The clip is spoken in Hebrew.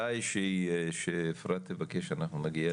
מתי שיהיה שאפרת תבקש אנחנו נגיע,